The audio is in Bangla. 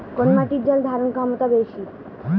কোন মাটির জল ধারণ ক্ষমতা বেশি?